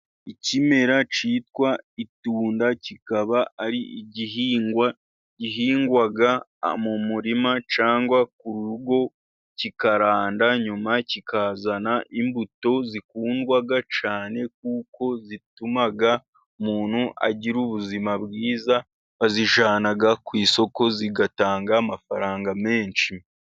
Ikimera cyitwa itunda, kikaba ari igihingwa gihingwa mu murima cyangwa ku rugo kikaranda, nyuma kikazana imbuto zikundwa cyane kuko zituma umuntu agira ubuzima bwiza, bazijyana ku isoko, zigatanga amafaranga menshi.